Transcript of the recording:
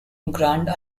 grand